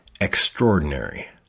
extraordinary